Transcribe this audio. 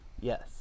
Yes